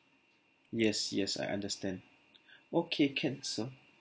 yes yes I understand okay can sir